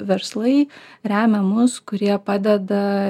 verslai remia mus kurie padeda